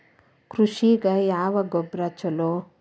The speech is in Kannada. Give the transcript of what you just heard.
ಕೃಷಿಗ ಯಾವ ಗೊಬ್ರಾ ಛಲೋ?